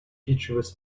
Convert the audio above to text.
treacherous